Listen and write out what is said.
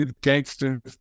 Gangsters